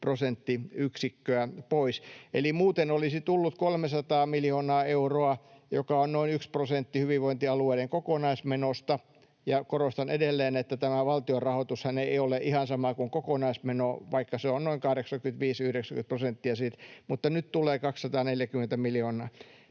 prosenttiyksikköä pois. Eli muuten olisi tullut 300 miljoonaa euroa, joka on noin yksi prosentti hyvinvointialueiden kokonaismenosta. Ja korostan edelleen, että tämä valtionrahoitushan ei ole ihan sama kuin kokonaismeno, vaikka se on noin 85—90 prosenttia siitä. Mutta nyt tulee 240 miljoonaa.